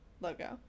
logo